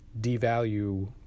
devalue